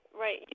Right